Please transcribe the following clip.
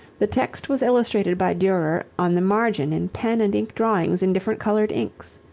the text was illustrated by durer on the margin in pen and ink drawings in different colored inks.